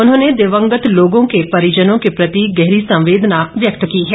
उन्होंने दिवंगत लोगों के परिजनों के प्रति गहरी संवेदना व्यक्त की है